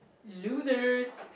losers